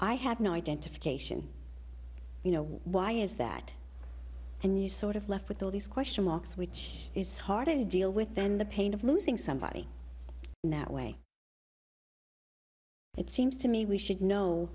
i had no identification you know why is that and you sort of left with all these question marks which is harder to deal with than the pain of losing somebody in that way it seems to me we should know